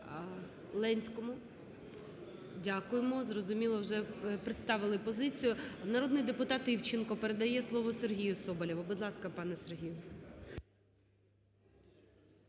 Ленському, дякуємо, зрозуміло, вже представили позицію. Народний депутат Івченко передає слово Сергію Соболєву. Будь ласка, пан Сергій.